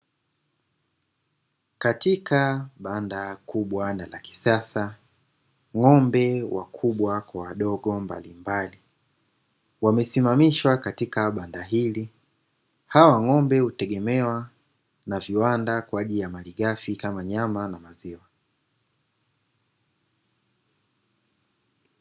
Katika banda kubwa na la kisasa, ng'ombe wakubwa kwa wadogo mbalimbali, wamesimamishwa katika banda hili. Hawa ng'ombe hutegemewa na viwanda kwa ajili ya malighafi, kama nyama na maziwa.